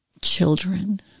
Children